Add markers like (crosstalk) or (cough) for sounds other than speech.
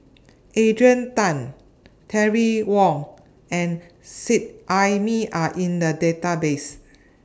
Adrian Tan Terry Wong and Seet Ai Mee Are in The Database (noise)